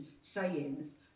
sayings